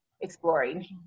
exploring